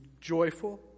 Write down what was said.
joyful